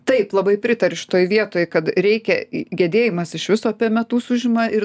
taip labai pritariu šitoj vietoj kad reikia gedėjimas iš viso apie metus užima ir